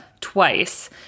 twice